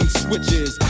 switches